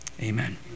amen